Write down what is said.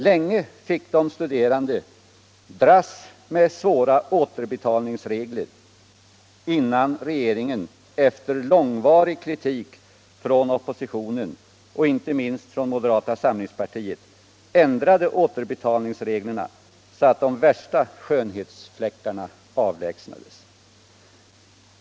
Länge fick de studerande dras med besvärliga återbetalningsregler innan regeringen efter långvarig kritik från oppositionen och inte minst från moderata samlingspartiet ändrade reglerna, så att de värsta skönhetsfläckarna avlägsnades.